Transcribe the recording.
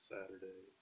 Saturday